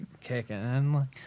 kicking